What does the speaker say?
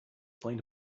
explain